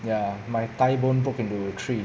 ya my thigh bone broke into three